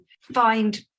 find